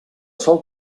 sol